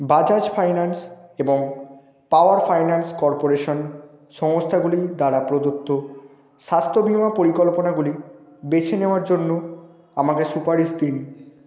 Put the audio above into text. Bajaj finance এবং power finance corporation সংস্থাগুলি দ্বারা প্রদত্ত স্বাস্থ্য বীমা পরিকল্পনাগুলি বেছে নেওয়ার জন্য আমাকে সুপারিশ দিন